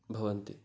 भवति